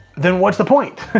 then what's the point?